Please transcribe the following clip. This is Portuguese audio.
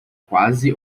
quase